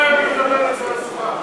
כל היום היא מדברת מעל דוכן.